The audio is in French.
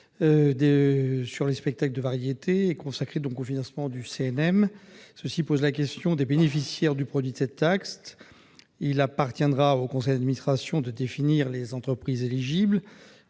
sur les spectacles de variétés sera consacrée au financement du CNM. Cela soulève la question des bénéficiaires du produit de cette taxe. Il appartiendra au conseil d'administration de définir les entreprises éligibles,